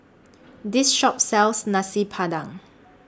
This Shop sells Nasi Padang